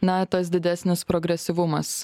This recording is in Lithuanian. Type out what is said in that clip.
na tas didesnis progresyvumas